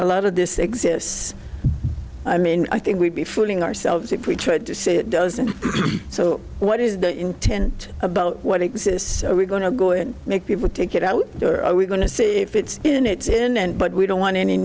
a lot of this exists i mean i think we'd be fooling ourselves if we tried to say it doesn't so what is the intent about what exists are we going to go and make people take it out we're going to see if it's in it's in and but we don't want any